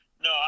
No